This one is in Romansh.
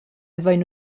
havein